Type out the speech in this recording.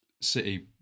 City